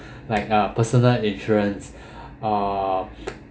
like uh personal insurance or